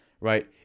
right